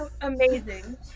amazing